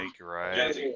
right